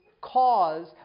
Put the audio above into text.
cause